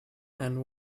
and